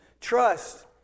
trust